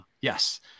yes